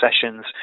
sessions